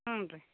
ಹ್ಞೂ ರೀ